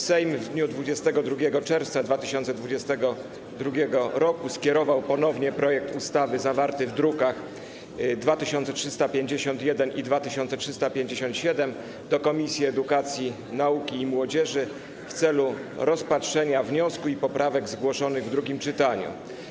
Sejm w dniu 22 czerwca 2022 r. skierował ponownie projekt ustawy zawarty w drukach nr 2351 i 2357 do Komisji Edukacji, Nauki i Młodzieży w celu rozpatrzenia wniosku i poprawek zgłoszonych w drugim czytaniu.